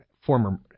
former